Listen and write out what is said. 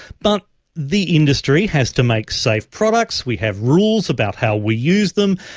but the industry has to make safe products, we have rules about how we use them,